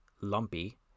lumpy